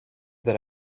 that